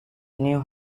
knew